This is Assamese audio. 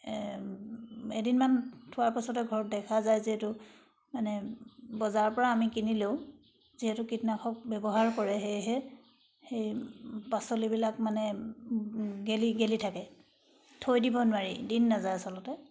এদিনমান থোৱাৰ পাছতে ঘৰত দেখা যায় যে এইটো মানে বজাৰৰ পৰা আমি কিনিলেও যিহেতু কীটনাশক ব্যৱহাৰ কৰে সেয়েহে সেই পাচলিবিলাক মানে গেলি গেলি থাকে থৈ দিব নোৱাৰি দিন নাযায় আচলতে